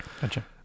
gotcha